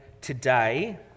today